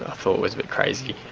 ah thought was a bit crazy.